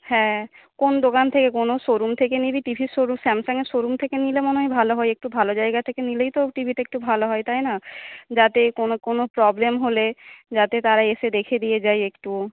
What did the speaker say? হ্যাঁ কোন দোকান থেকে কোনো শোরুম থেকে নিবি টিভির শোরুম স্যামসাঙের শোরুম থেকে নিলে মনে হয় ভাল হয় একটু ভালো জায়গা থেকে নিলেই তো টিভিটা একটু ভাল হয় তাই না যাতে কোন কোন প্রবলেম হলে যাতে তারা এসে দেখে দিয়ে যায় একটু